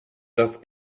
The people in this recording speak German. das